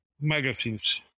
magazines